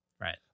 Right